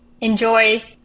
enjoy